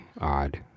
odd